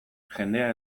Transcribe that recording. jendea